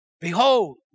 Behold